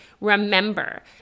remember